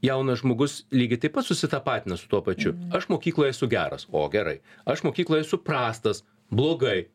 jaunas žmogus lygiai taip pat susitapatina su tuo pačiu aš mokykloj esu geras o gerai aš mokykloj esu prastas blogai